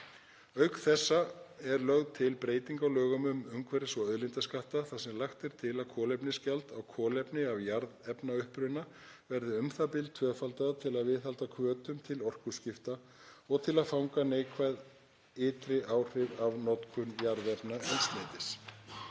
Auk þess er lögð til breyting á lögum um umhverfis- og auðlindaskatta þar sem lagt er til að kolefnisgjald á kolefni af jarðefnauppruna verði u.þ.b. tvöfaldað til að viðhalda hvötum til orkuskipta og til að fanga neikvæð ytri áhrif af notkun jarðefnaeldsneytis.